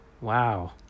Wow